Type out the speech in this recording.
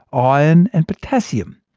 iron and potassium.